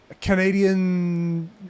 canadian